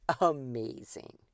amazing